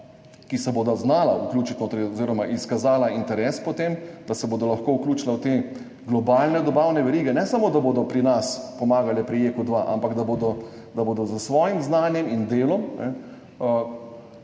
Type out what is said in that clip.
ki se bodo znala vključiti noter oziroma bodo izkazala interes po tem, da se bodo lahko vključila v te globalne dobavne verige, ne samo da bodo pri nas pomagale pri JEK2, ampak bodo s svojim znanjem in delom